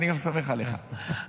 אני סומך עליך.